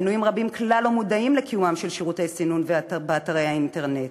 מנויים רבים כלל לא מודעים לקיומם של שירותי סינון באתרי האינטרנט,